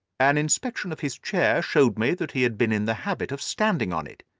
an inspection of his chair showed me that he had been in the habit of standing on it,